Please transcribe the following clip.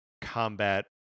combat